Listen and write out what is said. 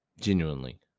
Genuinely